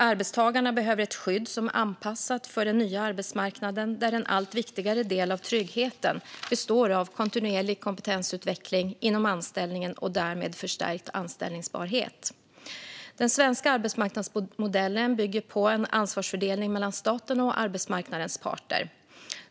Arbetstagarna behöver ett skydd som är anpassat för den nya arbetsmarknaden, där en allt viktigare del av tryggheten består av kontinuerlig kompetensutveckling inom anställningen och därmed förstärkt anställbarhet. Den svenska arbetsmarknadsmodellen bygger på en ansvarsfördelning mellan staten och arbetsmarknadens parter.